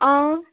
अँ